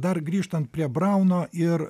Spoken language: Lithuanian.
dar grįžtant prie brauno ir